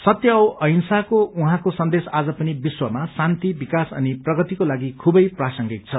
सत्य औ अहिंसाको उहाँको सन्देश आज पनि विश्वमा शान्ति विकास अनि प्रगतिको लागि सबै प्रासगिंक छ